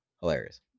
Hilarious